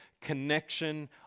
connection